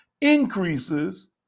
increases